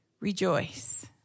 Rejoice